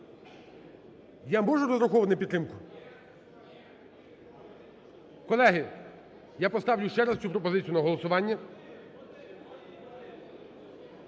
Я можу розраховувати на підтримку? Колеги, я поставлю ще раз цю пропозицію на голосування.